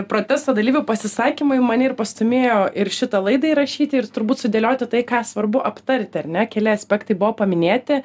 protesto dalyvių pasisakymai mane ir pastūmėjo ir šitą laidą įrašyti ir turbūt sudėlioti tai ką svarbu aptarti ar ne keli aspektai buvo paminėti